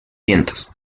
vientos